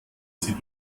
sie